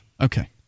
Okay